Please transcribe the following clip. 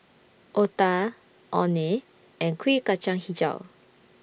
Otah Orh Nee and Kuih Kacang Hijau